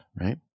right